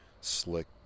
slick